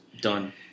Done